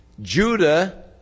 Judah